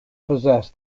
possess